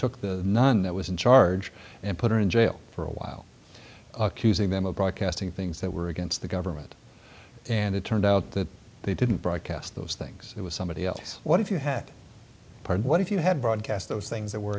took the nun that was in charge and put her in jail for a while accusing them of broadcasting things that were against the government and it turned out that they didn't broadcast those things it was somebody else what if you had heard what if you had broadcast those things that were